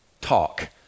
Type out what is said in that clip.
talk